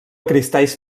cristalls